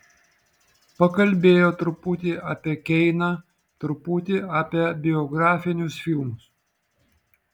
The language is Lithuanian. pakalbėjo truputį apie keiną truputį apie biografinius filmus